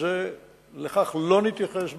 לכך לא נתייחס בהבנה.